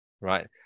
right